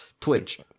Twitch